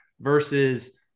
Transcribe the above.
versus